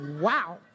Wow